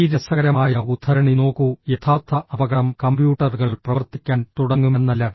ഈ രസകരമായ ഉദ്ധരണി നോക്കൂ യഥാർത്ഥ അപകടം കമ്പ്യൂട്ടറുകൾ പ്രവർത്തിക്കാൻ തുടങ്ങുമെന്നല്ല